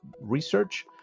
research